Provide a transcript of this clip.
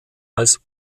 als